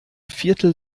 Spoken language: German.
viertel